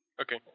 Okay